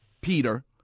Peter